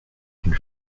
une